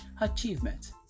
achievement